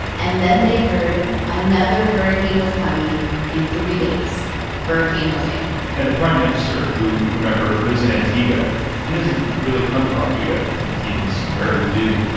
and then they heard another hurricane was coming in three days hurricane jose and the prime minister, who, remember, lives in antigua he doesn't really come to barbuda. antiguans rarely do.